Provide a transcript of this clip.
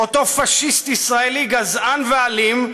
אותו פאשיסט ישראלי גזען ואלים,